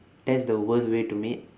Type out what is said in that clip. that's the worst way to meet